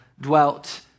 dwelt